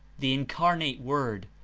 the incarnate word,